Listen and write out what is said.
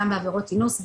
גם בעבירות אינוס,